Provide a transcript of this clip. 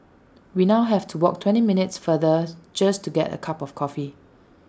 we now have to walk twenty minutes farther just to get A cup of coffee